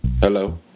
Hello